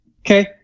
Okay